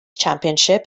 championship